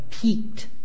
peaked